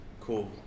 Cool